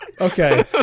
okay